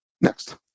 Next